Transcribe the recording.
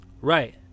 right